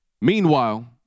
Meanwhile